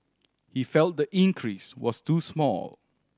he felt the increase was too small